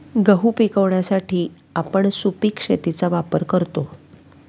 गहू पिकवण्यासाठी आपण सुपीक शेतीचा वापर करतो